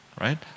Right